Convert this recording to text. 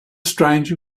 stranger